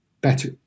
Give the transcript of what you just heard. better